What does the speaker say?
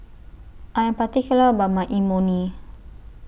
I Am particular about My Imoni